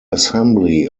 assembly